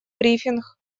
брифинг